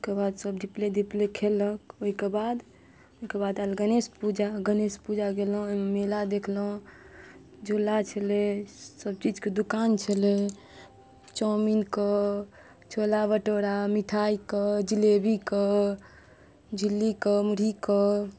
ओहिके बाद सब धिपले धिपले खेलक ओहिके बाद ओहिके बाद आयल गणेश पूजा गणेश पूजा गेलहुॅं ओहिमे मेला देखलहुॅं झूला छलै सबचीजके दुकान छलै चाउमीनके छोला भटोरा मिठाइके जिलेबीके झिल्लीके मुरहीके